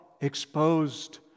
exposed